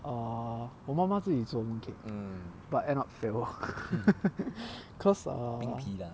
err 我妈妈自己做 mooncake but end up failed because err